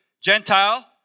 Gentile